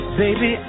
baby